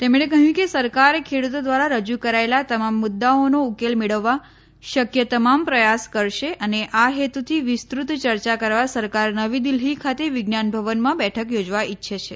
તેમણે કહ્યું કે સરકાર ખેડૂતો દ્વારા રજુ કરાયેલા તમામ મુદ્દાઓનો ઉકેલ મેળવવા શક્ય તમામ પ્રયાસ કરશે અને આ હેતુથી વિસ્તૃત ચર્ચા કરવા સરકાર નવી દિલ્ફી ખાતે વિજ્ઞાન ભવનમાં બેઠક યોજવા ઈચ્છે છે